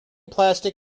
plastic